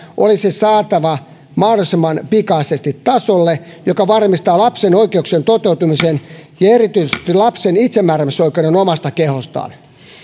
olisi saatettava mahdollisimman pikaisesti tasolle joka varmistaa lapsen oikeuksien toteutumisen ja erityisesti lapsen itsemääräämisoikeuden omasta kehostaan